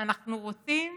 אנחנו רוצים